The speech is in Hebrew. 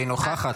היא נוכחת,